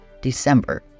December